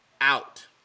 out